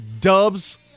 dubs